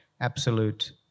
absolute